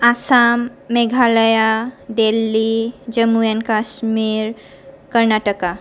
Assam Meghalaya Delhi Jammu and Kashmir Karnataka